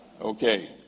okay